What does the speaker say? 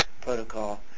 protocol